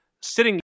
sitting